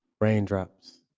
raindrops